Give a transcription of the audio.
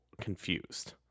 confused